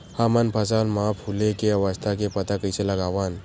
हमन फसल मा फुले के अवस्था के पता कइसे लगावन?